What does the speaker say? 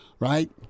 Right